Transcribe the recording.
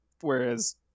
Whereas